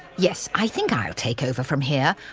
yes, i think i'll take over from here.